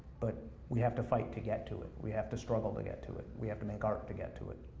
but we have to fight to get to it, we have to struggle to get to it, we have to make art to get to it.